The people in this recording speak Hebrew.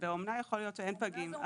באומנה יכול להיות שאין פגים.